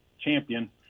champion